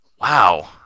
Wow